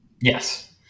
Yes